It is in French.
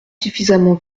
suffisamment